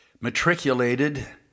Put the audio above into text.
matriculated